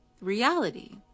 reality